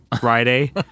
Friday